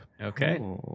okay